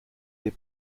des